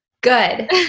Good